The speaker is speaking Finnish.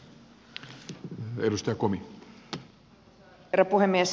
arvoisa herra puhemies